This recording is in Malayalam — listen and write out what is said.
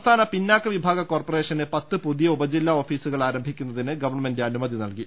സംസ്ഥാന പിന്നാക്ക വിഭാഗ കോർപ്പറേഷന് പത്ത് പുതിയ ഉപജില്ല ഓഫീസുകൾ ആരംഭിക്കുന്നതിന് ഗവൺമെന്റ് അനുമതി നൽകി